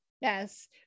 yes